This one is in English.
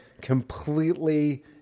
completely